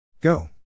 Go